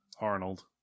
Arnold